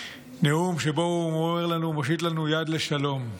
נאום שבו הוא אומר לנו שהוא מושיט לנו יד לשלום.